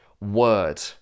Word